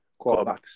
quarterbacks